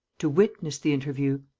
to witness the interview.